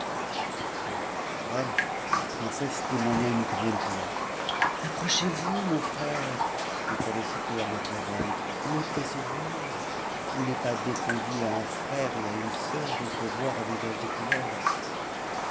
au nom de marzavan la princesse témoigna une grande joie apm'u chez vous mon frère dit-elle aussitôt à marzavan et ôtez ce voile il n'es pas défendu à un frère et à une sœur de se voir à visage découvert